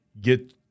get